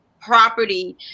property